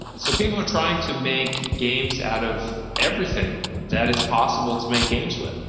so people are trying to make games out of everything that it's possible to make games with.